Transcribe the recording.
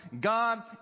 God